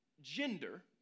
gender